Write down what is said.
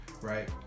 right